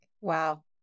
Wow